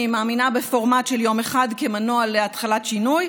אני מאמינה בפורמט של יום אחד כמנוע להתחלת שינוי.